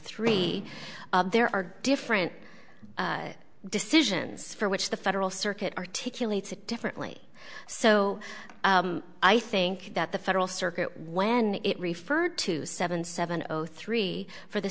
three there are different decisions for which the federal circuit articulates it differently so i think that the federal circuit when it referred to seven seven zero three for the